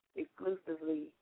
exclusively